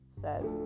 says